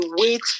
wait